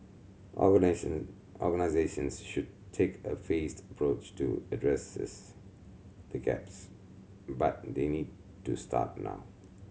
organisations should take a phased approach to addresses the gaps but they need to start now